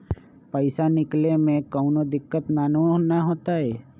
पईसा निकले में कउनो दिक़्क़त नानू न होताई?